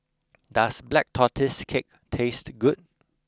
does black tortoise cake taste good